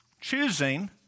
Choosing